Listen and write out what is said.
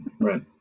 right